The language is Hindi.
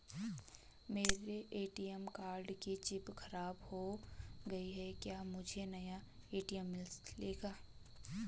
मेरे ए.टी.एम कार्ड की चिप खराब हो गयी है क्या मुझे नया ए.टी.एम मिलेगा?